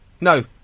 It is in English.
no